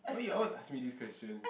why you always ask me this question